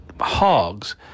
hogs